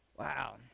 Wow